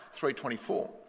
324